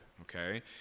okay